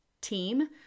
team